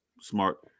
smart